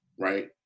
right